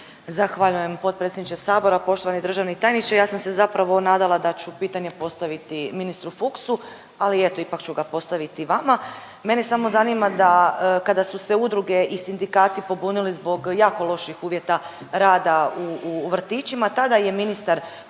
Zahvaljujem potpredsjedniče Sabora, poštovani državni tajniče. Ja sam se zapravo nadala da ću pitanje postaviti ministru Fuchsu, ali eto ipak ću ga postaviti vama. Mene samo zanima da kada su se udruge i sindikati pobunili zbog jako loših uvjeta rada u vrtićima tada je ministar